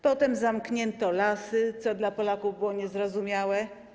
Potem zamknięto lasy, co dla Polaków było niezrozumiałe.